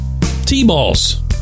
T-balls